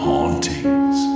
Hauntings